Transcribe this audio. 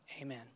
Amen